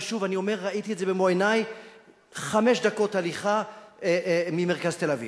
ושוב אני אומר: ראיתי את זה במו-עיני חמש דקות הליכה ממרכז תל-אביב.